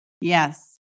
Yes